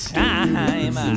time